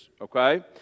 Okay